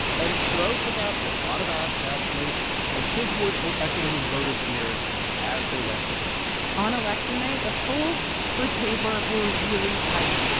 and perot took out a lot of ads nationally and his words were echoing in voters ears as they went to vote on election night, the polls for tabor were really tight.